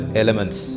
elements